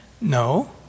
No